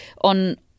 on